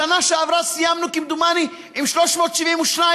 בשנה שעברה סיימנו כמדומני עם 372,